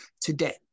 today